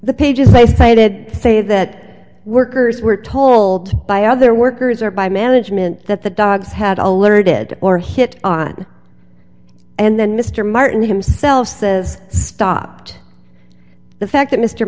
the pages they cited say that workers were told by other workers or by management that the dogs had alerted or hit on and then mr martin himself says stop the fact that mr